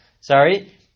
Sorry